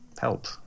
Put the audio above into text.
help